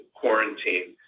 quarantine